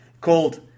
called